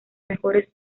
mejores